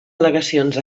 al·legacions